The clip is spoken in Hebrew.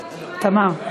תמר.